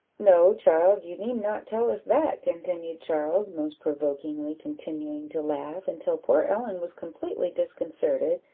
no, child, you need not tell us that, continued charles, most provokingly continuing to laugh, until poor ellen was completely disconcerted,